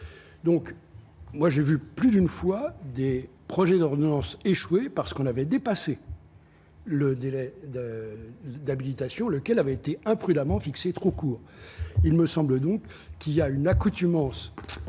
donc moi j'ai vu plus d'une fois des projets d'ordonnance échoué parce qu'on avait dépassé le délai de d'habilitation, lequel avait été imprudemment fixé trop court, il me semble donc qu'il y a une accoutumance